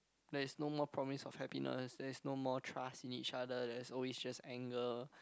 there is no more promise of happiness there is no more trust in each other there is always just anger